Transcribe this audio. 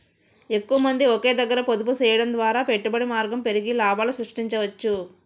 ఎక్కువమంది ఒకే దగ్గర పొదుపు చేయడం ద్వారా పెట్టుబడి మార్గం పెరిగి లాభాలు సృష్టించవచ్చు